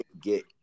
get